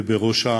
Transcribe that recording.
ובראשו